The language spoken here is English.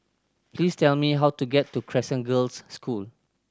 please tell me how to get to Crescent Girls' School